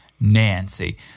Nancy